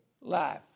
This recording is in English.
life